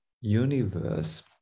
universe